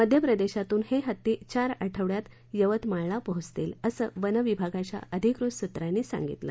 मध्य प्रदेशातून हे हत्ती चार आठवड्यात यवतमाळला पोहचतील असं वनविभागाच्या अधिकृत सूत्रांनी सांगितलं